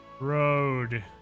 road